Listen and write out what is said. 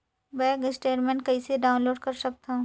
Bank statement कइसे download कर सकथव?